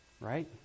right